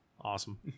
Awesome